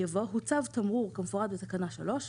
יבוא "הוצב תמרור כמפורט בתקנה 3,